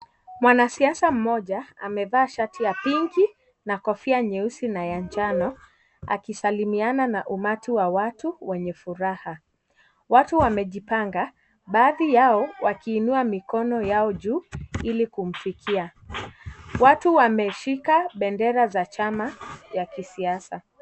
Mwanasiasa mmoja amevaa shati ya pinki na kofia nyeusi na ya njano akisalimiana na umati wa watu wenye furaha. Watu wamejipanga baadhi yao wakiinua mikono yao juu ili kumfikia, watu wameshika bendera za chama ya kisiasa.